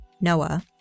Noah